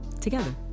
together